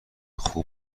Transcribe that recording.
خوب